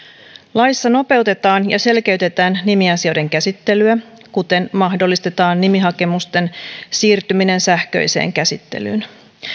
laissa nopeutetaan ja selkeytetään nimiasioiden käsittelyä kuten mahdollistetaan nimihakemusten siirtyminen sähköiseen käsittelyyn